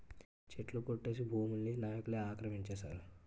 చెట్లు కొట్టేసి భూముల్ని నాయికులే ఆక్రమించేశారు